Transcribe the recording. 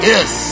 Yes